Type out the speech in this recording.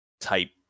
type